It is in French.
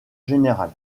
général